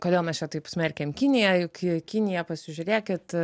kodėl mes čia taip smerkiam kiniją juk kinija pasižiūrėkit